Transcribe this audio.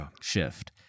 shift